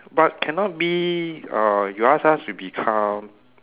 but cannot be uh you ask us to become